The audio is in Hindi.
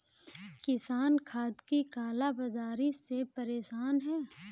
किसान खाद की काला बाज़ारी से परेशान है